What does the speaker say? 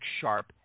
sharp